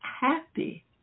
happy